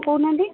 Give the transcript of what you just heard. କହୁନାହାନ୍ତି